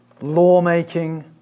lawmaking